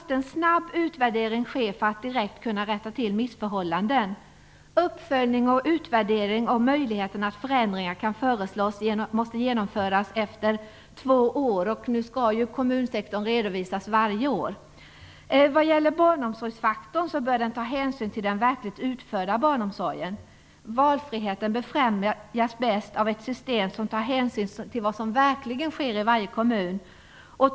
En snabb utvärdering måste ske för att vi direkt skall kunna rätta till missförhållanden. Uppföljning och utvärdering måste genomföras och förändringar måste föreslås efter två år. Nu skall kommunsektorn redovisas varje år. Barnomsorgsfaktorn bör ta hänsyn till den barnomsorg som verkligen utförts. Valfriheten befrämjas bäst av ett system som tar hänsyn till vad som verkligen sker i varje kommun.